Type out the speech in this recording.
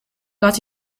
got